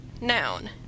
Noun